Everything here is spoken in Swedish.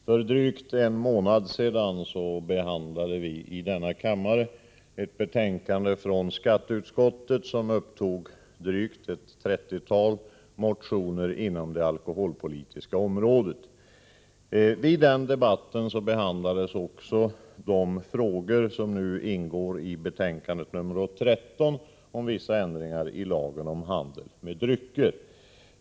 Herr talman! För drygt en månad sedan diskuterade vi i kammaren ett betänkande från skatteutskottet där ett drygt trettiotal motioner inom det alkoholpolitiska området behandlades. I den debatten behandlades också de frågor som nu ingår i betänkandet nr 13 om vissa ändringar i lagen om handeln med drycker.